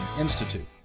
Institute